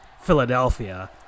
Philadelphia